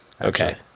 Okay